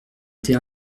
été